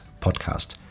podcast